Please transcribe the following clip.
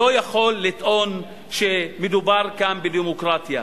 לא יכול לטעון שמדובר כאן בדמוקרטיה.